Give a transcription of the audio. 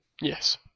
yes